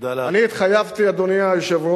תודה אני התחייבתי, אדוני היושב-ראש,